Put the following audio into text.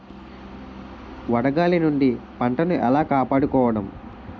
వడగాలి నుండి పంటను ఏలా కాపాడుకోవడం?